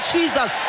Jesus